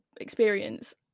experience